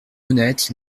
honnête